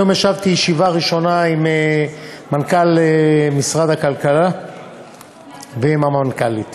היום ישבתי ישיבה ראשונה עם מנכ"ל משרד הכלכלה ועם המנכ"לית